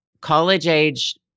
college-age